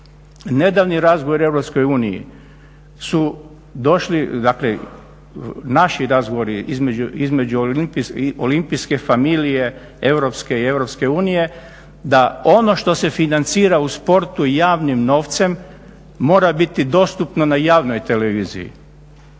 nedavni razgovori u EU su došli, dakle naši razgovori između olimpijske familije europske i EU da ono što se financira u sportu javnim novcem mora biti dostupno na javnoj televiziji.